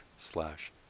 slash